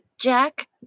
Jack